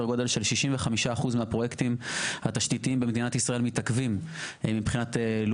גודל של 65% מהפרויקטים התשתיתיים במדינת ישראל מתעכבים